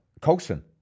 Colson